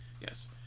Yes